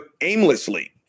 aimlessly